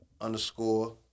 underscore